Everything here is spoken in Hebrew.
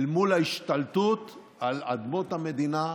אל מול ההשתלטות על אדמות המדינה,